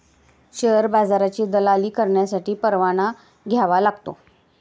share बाजाराची दलाली करण्यासाठी परवाना घ्यावा लागतो